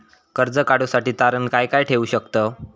कर्ज काढूसाठी तारण काय काय ठेवू शकतव?